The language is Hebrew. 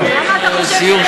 יפה.